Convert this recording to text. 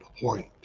point